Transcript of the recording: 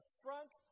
front